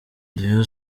rayon